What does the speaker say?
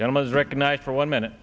gentleman is recognized for one minute